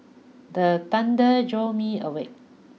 the thunder jolt me awake